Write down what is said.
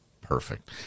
Perfect